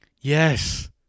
Yes